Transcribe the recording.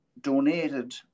donated